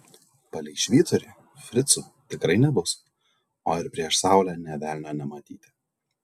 palei švyturį fricų tikrai nebus o ir prieš saulę nė velnio nematyti